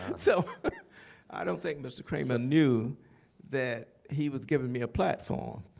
so i don't think mr. kramer knew that he was giving me a platform.